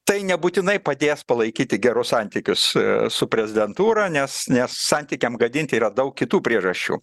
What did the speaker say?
tai nebūtinai padės palaikyti gerus santykius su prezidentūra nes nes santykiam gadinti yra daug kitų priežasčių